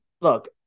look